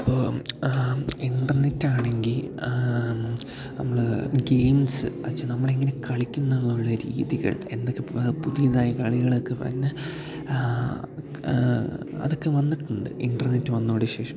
അപ്പോള് ഇൻറ്റർനെറ്റാണങ്കില് നമ്മള് ഗെയിംസ് വച്ച് നമ്മളെങ്ങനെ കളിക്കുമെന്നുള്ള രീതികൾ എന്തൊക്കെ പുതിയതായ കളികളൊക്കെ വന്ന് അതൊക്കെ വന്നിട്ടുണ്ട് ഇൻറ്റർനെറ്റ് വന്നതോടെ ശേഷം